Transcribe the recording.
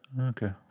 Okay